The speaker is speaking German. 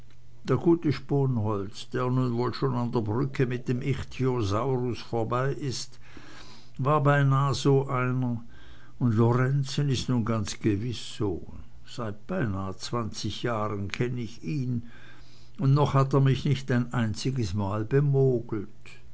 der gute sponholz der nun wohl schon an der brücke mit dem ichthyosaurus vorbei ist war beinah so einer und lorenzen is nu schon ganz gewiß so seit beinah zwanzig jahren kenn ich ihn und noch hat er mich nicht ein einziges mal bemogelt